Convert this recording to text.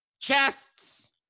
chests